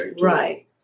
right